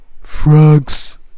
Frogs